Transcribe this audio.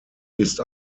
ist